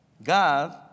God